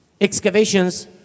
Excavations